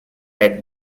red